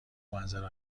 منظره